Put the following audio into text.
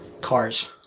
Cars